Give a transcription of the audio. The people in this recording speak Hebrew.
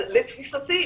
אז לתפיסתי,